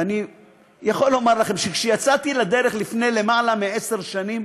ואני יכול לומר לכם שכשיצאתי לדרך לפני למעלה מעשר שנים